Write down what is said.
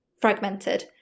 fragmented